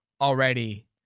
already